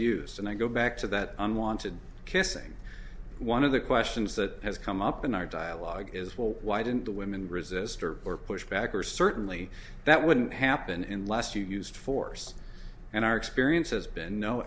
use and i go back to that unwanted kissing one of the questions that has come up in our dialogue is well why didn't the women resistor or push back or certainly that wouldn't happen in less used force and our experience has been no